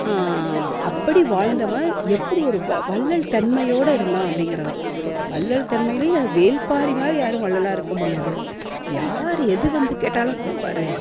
அப்படி வாழ்ந்தவன் எப்படி ஒரு வள்ளல் தன்மையோட இருந்தான் அப்படிங்கிறது தான் வள்ளல் தன்மைலேயும் அதுவும் வேள்பாரிமாரி யாரும் வள்ளலாக இருக்க முடியாது யார் எது வந்து கேட்டாலும் கொடுப்பாரு